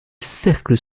cercles